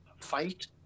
fight